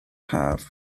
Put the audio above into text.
haf